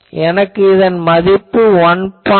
எனக்கு இதன் மதிப்பு 1